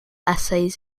essays